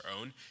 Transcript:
own